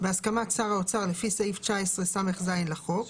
בהסכמת שר האוצר לפי סעיף 19סז לחוק,